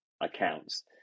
accounts